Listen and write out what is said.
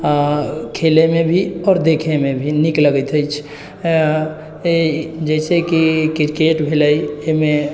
खेलैमे भी आओर देखैमे भी नीक लगैत अछि जैसे कि क्रिकेट भेलै एहिमे